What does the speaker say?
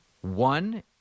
One